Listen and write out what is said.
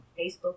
Facebook